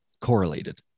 correlated